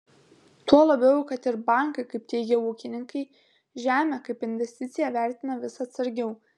tuo labiau kad ir bankai kaip teigia ūkininkai žemę kaip investiciją vertina vis atsargiau